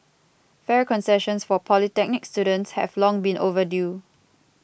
fare concessions for polytechnic students have long been overdue